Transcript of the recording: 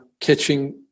catching